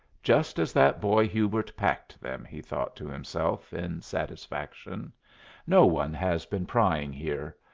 just as that boy hubert packed them, he thought to himself in satisfaction no one has been prying here.